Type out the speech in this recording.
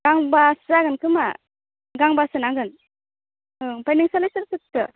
गांबासो जागोन खोमा गांबासो नांगोन औ ओमफ्राय नोंस्रालाय सोरखौ सोखो